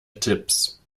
tipps